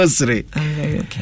okay